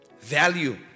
Value